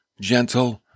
gentle